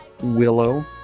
Willow